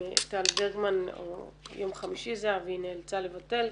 טל ברמן או יום חמישי זה היה והיא נאלצה לבטל.